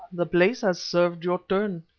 the place has served your turn,